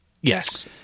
Yes